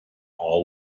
all